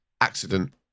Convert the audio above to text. accident